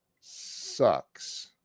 sucks